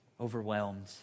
overwhelmed